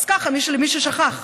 אז למי ששכח: